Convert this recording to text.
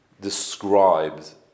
describes